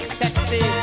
sexy